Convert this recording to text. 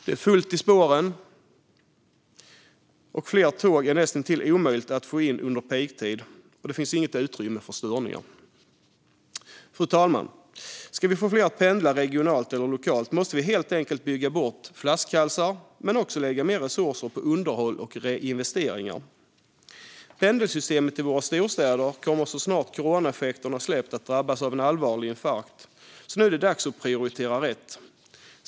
Det är fullt i spåren, och det är näst intill omöjligt att få in fler tåg under peaktid. Det finns heller inget utrymme för störningar. Fru talman! Ska vi få fler att pendla regionalt eller lokalt måste vi helt enkelt både bygga bort flaskhalsar och även lägga mer resurser på underhåll och reinvesteringar. Pendelsystemet i våra storstäder kommer så snart coronaeffekterna har släppt att drabbas av en allvarlig infarkt, så nu är det dags att prioritera rätt.